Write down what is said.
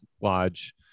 lodge